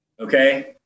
Okay